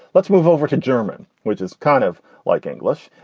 let's move over to german, which is kind of like english.